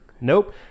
nope